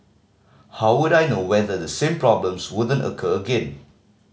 how would I know whether the same problems wouldn't occur again